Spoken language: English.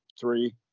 three